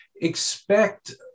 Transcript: expect